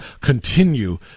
continue